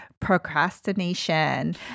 procrastination